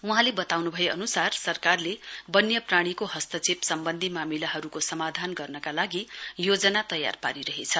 वहाँले बताउन्भए अन्सार सरकारले वन्यप्राणीको हस्तक्षेप सम्वन्धी मामिलाहरूको समाधान गर्नका लागि योजना तयार पारिरहेछ